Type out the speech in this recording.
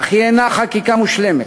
אך היא אינה חקיקה מושלמת.